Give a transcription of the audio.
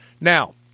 Now